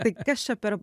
tai kas čia per